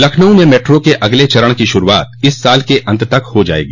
लखनऊ में मेट्रो के अगले चरण की श्रूआत इस साल के अंत तक हो जायेगी